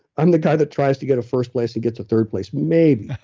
i'm the guy that tries to get a first place and gets a third place maybe.